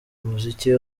umuziki